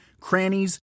crannies